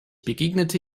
begegnete